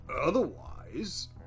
Otherwise